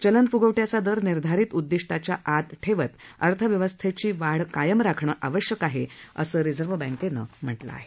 चलनफुगवट्याचा दर निर्धारित उद्दिष्टाच्या आत ठेवत अर्थव्यवस्थेची वाढ कायम राखणं आवश्यक आहे असं रिझर्व्ह बँकेनं म्हटलं आहे